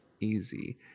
easy